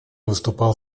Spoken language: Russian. выступал